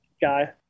guy